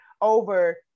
over